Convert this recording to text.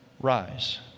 rise